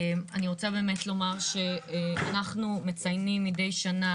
אנחנו מציינים מדי שנה